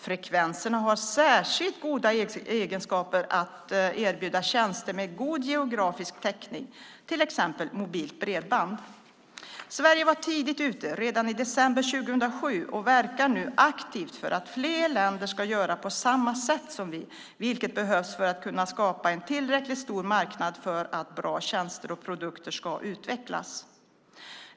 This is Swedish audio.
Frekvenserna har särskilt goda egenskaper för att erbjuda tjänster med god geografisk täckning, till exempel mobilt bredband. Sverige var tidigt ute, redan i december 2007, och verkar nu aktivt för att fler länder ska göra på samma sätt som vi, vilket behövs för att skapa en tilläckligt stor marknad för att bra tjänster och produkter ska utvecklas.